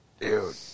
Dude